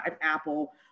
Apple